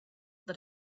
that